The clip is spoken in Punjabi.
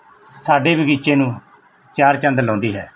ਸਾਡੇ ਬਗੀਚੇ ਨੂੰ ਚਾਰ ਚੰਦ ਲਾਉਂਦੀ ਹੈ